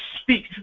speak